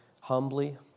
humbly